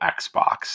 Xbox